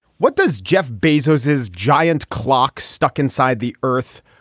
what does jeff bezos, his giant clock stuck inside the earth,